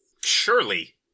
surely